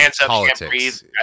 politics